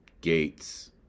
Gates